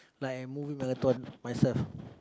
like I movie marathon myself